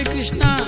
Krishna